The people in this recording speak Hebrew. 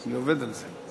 אני עובד על זה.